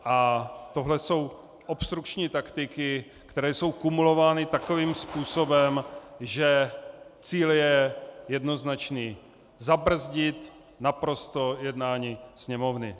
A tohle jsou obstrukční taktiky, které jsou kumulovány takovým způsobem, že cíl je jednoznačný: naprosto zabrzdit jednání Sněmovny.